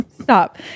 stop